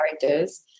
characters